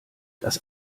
das